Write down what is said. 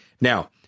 Now